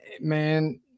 man